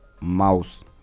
mouse